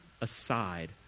aside